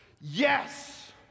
Yes